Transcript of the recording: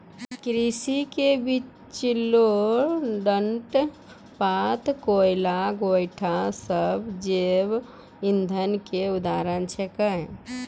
कृषि के बचलो डांट पात, कोयला, गोयठा सब जैव इंधन के उदाहरण छेकै